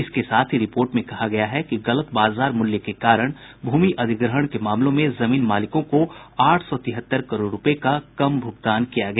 इसके साथ ही रिपोर्ट में कहा गया है कि गलत बाजार मूल्य के कारण भूमि अधिग्रहण के मामलों में जमीन मालिकों को आठ सौ तिहत्तर करोड़ रूपये का कम भुगतान किया गया